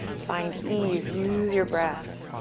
find ease. use your breath